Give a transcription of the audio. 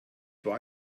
war